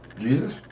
Jesus